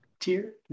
tier